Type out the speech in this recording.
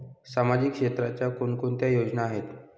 सामाजिक क्षेत्राच्या कोणकोणत्या योजना आहेत?